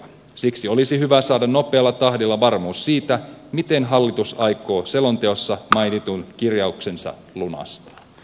siksi olisi hyvä saada nopealla tahdilla varmuus siitä miten hallitus aikoo selonteossa mainitun kirjauksensa lunastaa